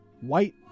white